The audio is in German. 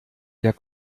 der